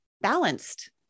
balanced